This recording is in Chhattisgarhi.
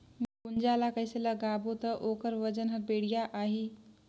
गुनजा ला कइसे लगाबो ता ओकर वजन हर बेडिया आही?